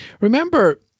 remember